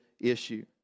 issue